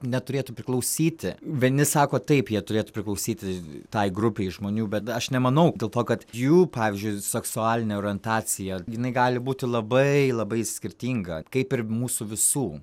neturėtų priklausyti vieni sako taip jie turėtų priklausyti tai grupei žmonių bet aš nemanau dėl to kad jų pavyzdžiui seksualinė orientacija jinai gali būti labai labai skirtinga kaip ir mūsų visų